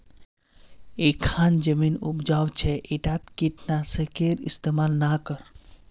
इखन जमीन उपजाऊ छ ईटात कीट नाशकेर इस्तमाल ना कर